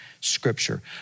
scripture